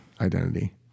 identity